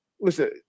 listen